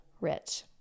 rich